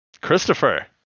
Christopher